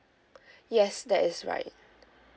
yes that is right